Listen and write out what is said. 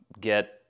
get